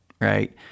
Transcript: right